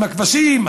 שהם הכבשים,